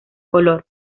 color